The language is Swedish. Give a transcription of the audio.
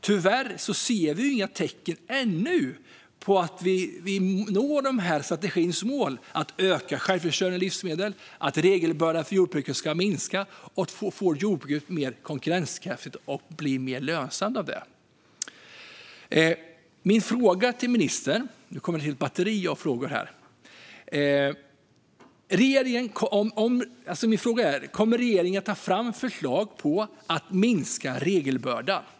Tyvärr ser vi ännu inga tecken på att vi når strategins mål att självförsörjningen av livsmedel ska öka, att regelbördan för jordbruket ska minska och att jordbruket ska bli mer konkurrenskraftigt och mer lönsamt. Nu kommer det ett helt batteri av frågor till ministern! Kommer regeringen att ta fram förslag för att minska regelbördan?